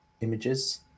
images